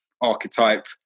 archetype